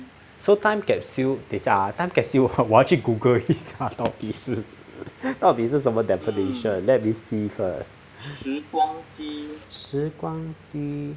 so time capsule 等一下啊 time capsule 我要去 Google 一下到底是到底是什么 definition let me see first 时光机